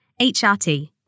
HRT